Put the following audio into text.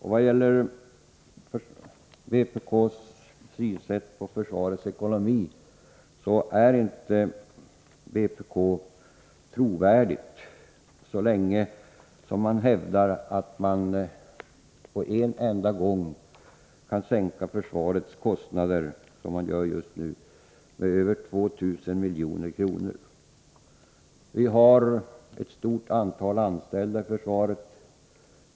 När det gäller synen på försvarets ekonomi är vpk inte trovärdigt så länge man, som man nu gör, hävdar att man på en enda gång kan sänka försvarets kostnader med över 2 miljarder kronor. Det finns ett stort antal anställda inom försvaret.